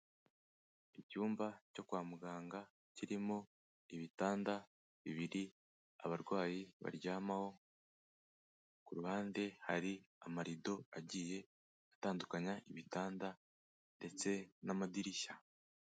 Icyumba cyo kwa muganga, kirimo ibitanda bibiri abarwayi baryamaho, ku ruhande hari amarido agiye atandukanya ibitanda ndetse n'amadirishya.